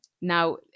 Now